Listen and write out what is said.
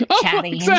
chatting